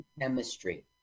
chemistry